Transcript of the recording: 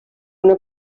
una